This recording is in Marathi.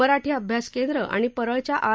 मराठी अभ्यास केंद्र आणि परळच्या आर